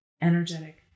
energetic